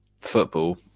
football